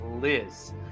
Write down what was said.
Liz